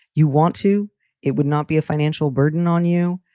you want to it would not be a financial burden on you.